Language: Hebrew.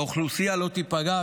האוכלוסייה לא תיפגע,